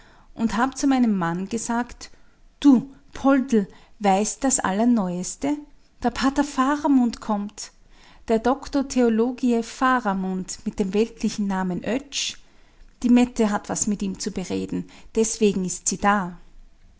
und hab zu meinem mann gesagt du poldl weißt das allerneueste der pater faramund kommt der doktor theologiae faramund mit dem weltlichen namen oetsch die mette hat was mit ihm zu bereden deswegen ist sie da